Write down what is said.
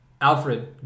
Alfred